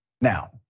now